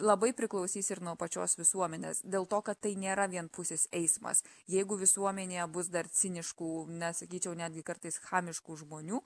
labai priklausys ir nuo pačios visuomenės dėl to kad tai nėra vienpusis eismas jeigu visuomenėje bus dar ciniškų na sakyčiau netgi kartais chamiškų žmonių